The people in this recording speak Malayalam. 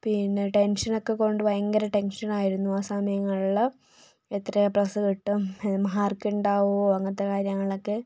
പിന്നെ ടെൻഷൻ ഒക്കെക്കൊണ്ട് ഭയങ്കര ടെൻഷൻ ആയിരുന്നു ആ സമയങ്ങളിൽ എത്ര എ പ്ലസ് കിട്ടും മാർക്ക് ഉണ്ടാകുമോ അങ്ങനത്തെ കാര്യങ്ങളൊക്കെ